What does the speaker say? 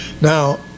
Now